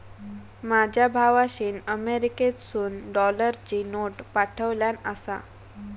माझ्या भावाशीन अमेरिकेतसून डॉलरची नोट पाठवल्यान आसा